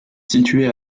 située